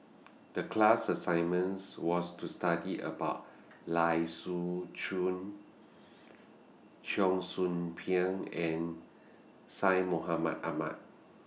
The class assignments was to study about Lai Siu Chiu Cheong Soo Pieng and Syed Mohamed Ahmed